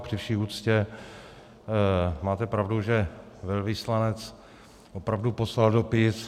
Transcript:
Při vší úctě, máte pravdu, že velvyslanec opravdu poslal dopis.